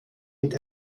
mit